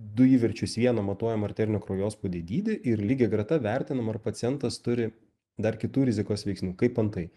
du įverčius vieną matuojam arterinį kraujospūdį dydį ir lygiagreta vertinam ar pacientas turi dar kitų rizikos veiksnių kaip antai